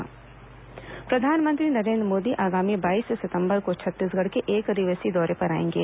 प्रधानमंत्री दौरा प्रधानमंत्री नरेन्द्र मोदी आगामी बाईस सितंबर को छत्तीसगढ़ के एकदिवसीय दौरे पर आएंगे